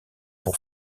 pour